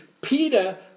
Peter